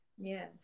Yes